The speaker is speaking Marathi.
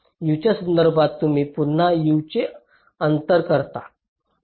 U च्या संदर्भात तुम्ही पुन्हा D चे अंतर करता